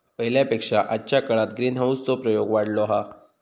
पहिल्या पेक्षा आजच्या काळात ग्रीनहाऊस चो प्रयोग वाढलो हा